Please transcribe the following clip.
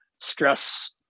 stress